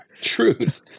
truth